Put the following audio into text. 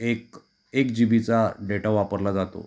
एक एक जी बीचा डेटा वापरला जातो